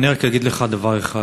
אני רק אגיד לך דבר אחד,